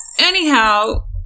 Anyhow